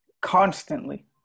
constantly